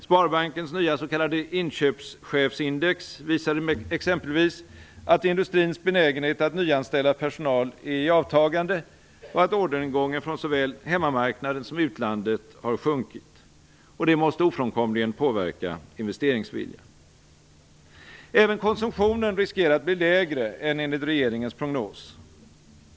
Sparbankens nya s.k. inköpschefsindex visar exempelvis att industrins benägenhet att nyanställa personal är i avtagande och att orderingången från såväl hemmamarknaden som utlandet har sjunkit. Detta måste ofrånkomligen påverka investeringsviljan. Även konsumtionen riskerar att bli lägre än enligt regeringens prognos.